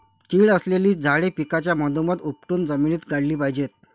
कीड असलेली झाडे पिकाच्या मधोमध उपटून जमिनीत गाडली पाहिजेत